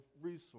resource